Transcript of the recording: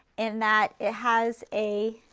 in that it has a